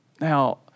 Now